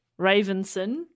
Ravenson